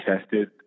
tested